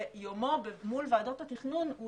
שיומו מול ועדות התכנון,